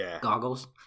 goggles